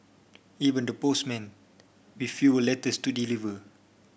even the postmen with fewer letters to deliver